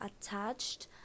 attached